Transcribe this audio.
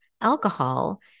alcohol